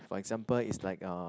for example it's like uh